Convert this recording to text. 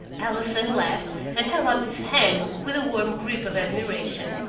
allison laughed, and held out his hand with a warm grip of admiration.